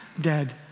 dead